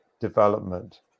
development